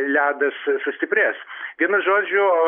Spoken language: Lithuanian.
ledas sustiprės vienu žodžiu